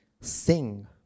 Sing